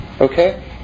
Okay